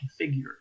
configure